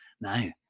No